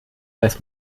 weiß